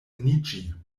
eniĝi